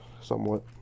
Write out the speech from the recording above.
somewhat